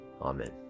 Amen